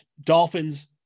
dolphins